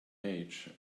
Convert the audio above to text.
ages